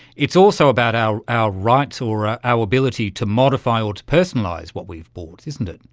it's also about our our rights or ah our ability to modify or to personalise what we've bought, isn't it.